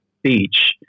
speech